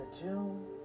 June